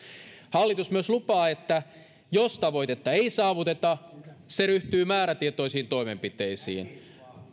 hallitus myös lupaa että jos tavoitetta ei saavuteta se ryhtyy määrätietoisiin toimenpiteisiin